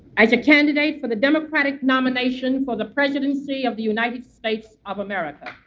as a candidate for the democratic nomination for the presidency of the united states of america